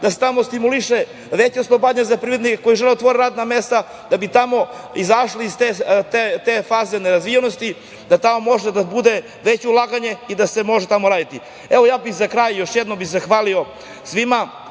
da se tamo stimuliše veće oslobađanje za privrednike koji žele da otvore radna mesta, da bi tamo izašli iz te faze nerazvijenosti, da tamo može da bude veće ulaganje i da se može tamo raditi.(Predsedavajuća: Vreme.)Za kraj, još jednom bih zahvalio svima,